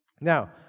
Now